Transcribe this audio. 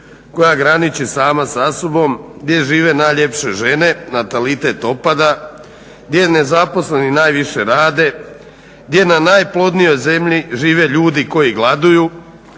koja graniči sama sa sobom gdje žive najljepše žene, natalitet opada, gdje nezaposleni najviše rade, gdje na najplodnijoj zemlji žive ljudi koji gladuju,